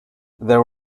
there